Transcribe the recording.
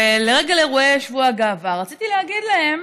ולרגל אירועי שבוע הגאווה, רציתי להגיד להם,